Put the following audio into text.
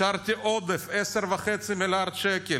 השארתי עודף של 10.5 מיליארד שקל.